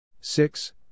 six